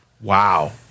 Wow